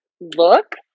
Look